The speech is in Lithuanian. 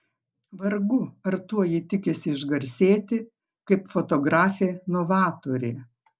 vargu ar tuo ji tikisi išgarsėti kaip fotografė novatorė